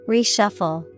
Reshuffle